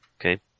Okay